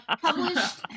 published